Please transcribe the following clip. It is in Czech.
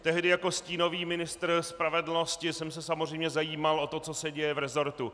Tehdy jako stínový ministr spravedlnosti jsem se samozřejmě zajímal o to, co se děje v resortu.